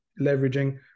leveraging